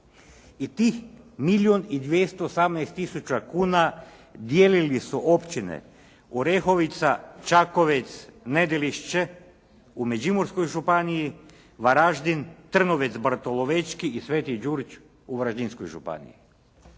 i 218 tisuća kuna dijelili su općine Orehovica, Čakovec, Nedelišće u Međimurskoj županiji, Varaždin, Trnovec Bartolovečki i Sveti Đurđ u Varaždinskoj županiji.